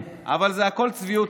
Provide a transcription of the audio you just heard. אבל הכול צביעות.